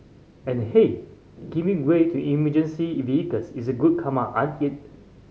and hey giving way to emergency in vehicles is good karma ain't it